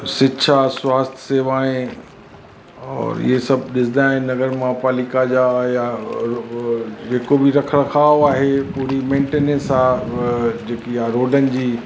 शिक्षा स्वास्थ्य सेवाएं और ईअं सभु ॾिसंदा आहिनि अगरि महापालिका जा हुया और जेको बि रखरखाव आहे पूरी मेंनेटेंस आहे जेकी आहे रोडनि जी